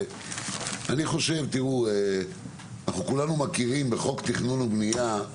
אנחנו כולנו מכירים בחוק תכנון ובנייה,